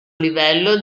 livello